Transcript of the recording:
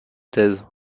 thèse